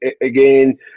again